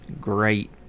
great